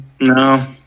no